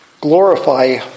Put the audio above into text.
glorify